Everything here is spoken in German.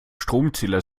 stromzähler